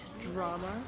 drama